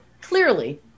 clearly